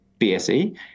BSE